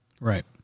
Right